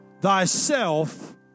thyself